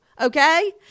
Okay